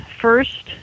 first